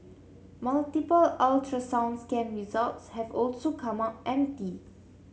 multiple ultrasound scan results have also come up empty